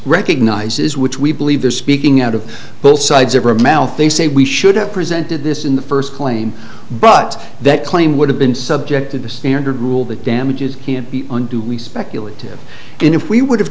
recognizes which we believe they're speaking out of both sides of her mouth they say we should have presented this in the first claim but that claim would have been subject to the standard rule that damages him do we speculate if we would have